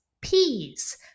peas